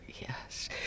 yes